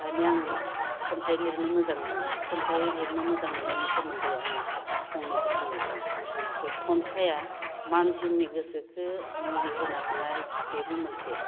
दानिया आं खन्थाइ लिरनो मोजां मोनो खन्थाइ लिरनो मोजां मोननायनि सोमोन्दै आं फंनैसो बुंनोसै दे खन्थाइआ मानसिनि गोसोखो मुहि होनो हानाय बेबो मोनसे